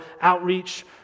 outreach